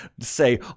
say